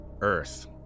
Earth